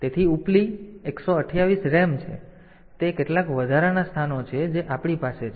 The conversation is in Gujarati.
તેથી માટે તે કેટલાક વધારાના સ્થાનો છે જે આપણી પાસે છે